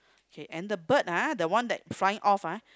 okay and the bird ah the one that flying off ah